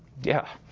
yeah